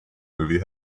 movie